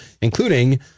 including